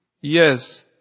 Yes